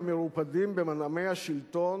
המרופדים במנעמי השלטון,